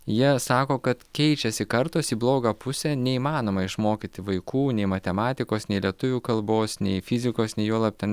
jie sako kad keičiasi kartos į blogą pusę neįmanoma išmokyti vaikų nei matematikos nei lietuvių kalbos nei fizikos nei juolab ten